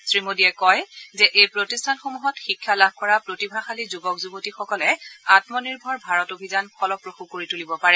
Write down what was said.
শ্ৰীমোদীয়ে কয় যে এই প্ৰতিষ্ঠানসমূহত শিক্ষা লাভ কৰা প্ৰতিভাশালী যুৱক যুৱতীসকলে আমনিৰ্ভৰ ভাৰত অভিযান ফলপ্ৰসূ কৰি তুলিব পাৰে